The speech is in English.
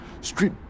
street